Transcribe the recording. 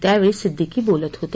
त्यावेळी सिध्दीकी बोलत होते